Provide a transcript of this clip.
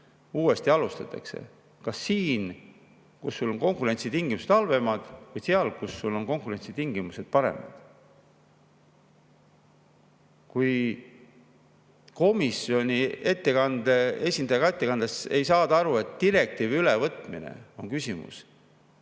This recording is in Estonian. uuesti alustatakse: kas siin, kus sul on konkurentsitingimused halvemad, või seal, kus sul on konkurentsitingimused paremad? Komisjoni ettekandes ka ei saada aru, et direktiivi ülevõtmises on küsimus.